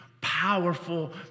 powerful